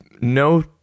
no